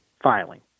filing